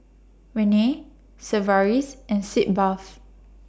Rene Sigvaris and Sitz Bath